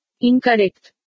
Incorrect